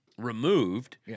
removed